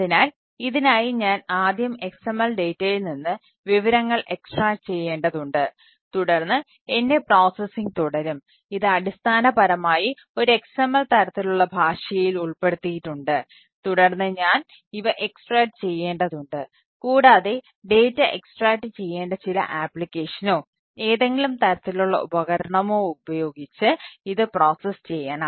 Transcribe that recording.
അതിനാൽ ഇതിനായി ഞാൻ ആദ്യം XML ഡാറ്റയിൽ നമ്മൾ ഇത് ചെയ്യുന്നത്